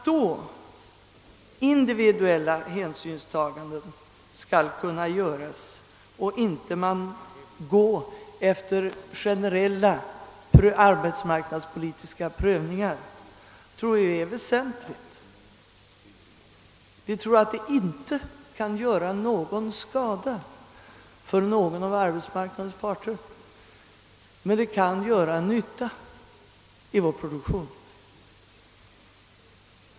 Att individuella hänsyn då kan tas, så att man inte behöver gå efter generella arbetsmarknadspolitiska prövningar, tror jag är väsentligt. Ett sådant förfarande torde inte kunna skada någon av arbetsmarknadens parter men det kan vara till nytta för vår produktion.